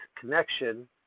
connection